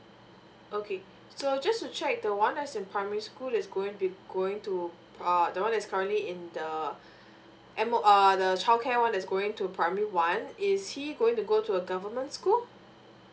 okay so just to check the [one] that's in primary school is going to be going to uh the [one] that's currently in the M_O~ uh the childcare [one] is going to primary one is he going to go to a government school